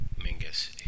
Mingus